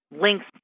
links